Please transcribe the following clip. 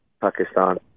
Pakistan